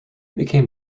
became